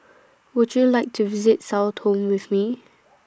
Would YOU like to visit Sao Tome with Me